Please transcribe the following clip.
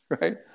right